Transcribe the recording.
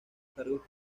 cargos